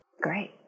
Great